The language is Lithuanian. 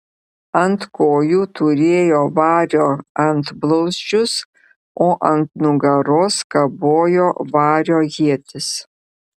ant kojų turėjo vario antblauzdžius o ant nugaros kabojo vario ietis